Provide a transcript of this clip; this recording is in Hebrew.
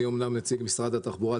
אני אמנם נציג משרד התחבורה.